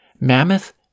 mammoth